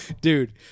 dude